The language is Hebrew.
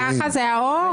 ככה זה האור?